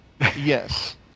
Yes